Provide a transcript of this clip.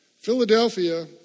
Philadelphia